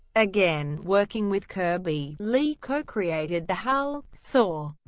again working with kirby, lee co-created the hulk, thor,